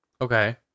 Okay